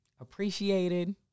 appreciated